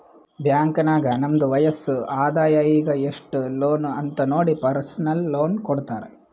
bank ನಾಗ್ ನಮ್ದು ವಯಸ್ಸ್, ಆದಾಯ ಈಗ ಎಸ್ಟ್ ಲೋನ್ ಅಂತ್ ನೋಡಿ ಪರ್ಸನಲ್ ಲೋನ್ ಕೊಡ್ತಾರ್